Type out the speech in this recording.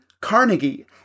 Carnegie